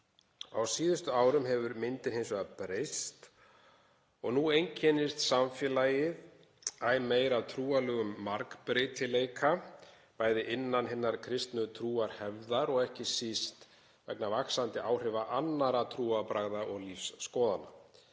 Á síðustu árum hefur myndin hins vegar breyst og nú einkennist samfélagið æ meir af trúarlegum margbreytileika, bæði innan hinnar kristnu trúarhefðar og ekki síst vegna vaxandi áhrifa annarra trúarbragða og lífsskoðana.